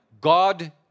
God